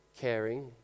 Caring